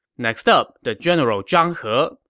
next up, the general zhang he.